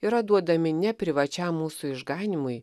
yra duodami ne privačiam mūsų išganymui